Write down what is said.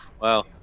wow